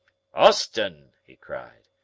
austin, he cried,